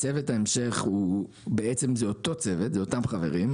צוות ההמשך הוא אותו צוות; אלה אותם חברים.